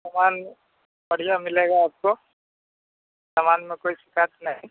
सामान बढ़िया मिलेगा आपको सामान में कोई शिकायत नहीं